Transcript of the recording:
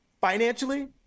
financially